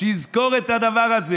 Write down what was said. שיזכור את הדבר הזה.